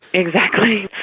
exactly.